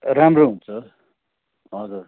राम्रो हुन्छ हजुर